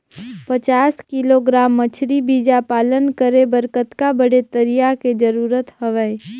पचास किलोग्राम मछरी बीजा पालन करे बर कतका बड़े तरिया के जरूरत हवय?